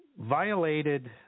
violated